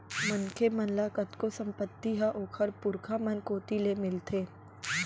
मनखे मन ल कतको संपत्ति ह ओखर पुरखा मन कोती ले मिलथे